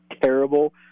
terrible